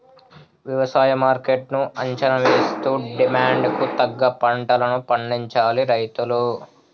వ్యవసాయ మార్కెట్ ను అంచనా వేస్తూ డిమాండ్ కు తగ్గ పంటలను పండించాలి రైతులు